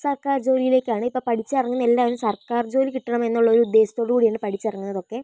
സർക്കാർ ജോലിയിലേക്കാണ് ഇപ്പം പഠിച്ചിറങ്ങുന്ന എല്ലാവരും സർക്കാർ ജോലി കിട്ടണമെന്നുള്ളൊരു ഉദ്ദേശത്തോടുകൂടെയാണ് പഠിച്ചിറങ്ങുന്നതൊക്കെ